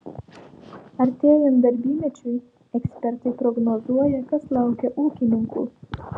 artėjant darbymečiui ekspertai prognozuoja kas laukia ūkininkų